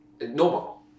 normal